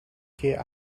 keer